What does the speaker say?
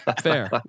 Fair